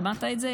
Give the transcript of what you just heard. שמעת את זה,